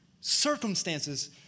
circumstances